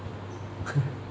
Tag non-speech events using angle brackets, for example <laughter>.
<laughs>